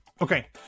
Okay